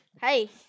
Hey